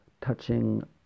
touching